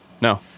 No